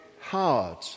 hard